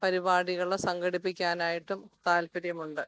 പരിപാടികൾ സംഘടിപ്പിക്കാനായിട്ടും താല്പര്യമുണ്ട്